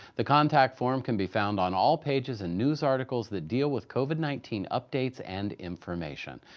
the contact form can be found on all pages and news articles that deal with covid nineteen updates and information.